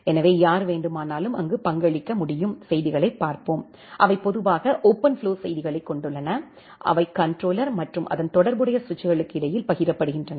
எனவே யார் வேண்டுமானாலும் அங்கு பங்களிக்க முடியும் செய்திகளைப் பார்ப்போம் அவை பொதுவாக ஓபன்ஃப்ளோ செய்திகளைக் கொண்டுள்ளன அவை கண்ட்ரோலர் மற்றும் அதன் தொடர்புடைய சுவிட்சுகளுக்கு இடையில் பகிரப்படுகின்றன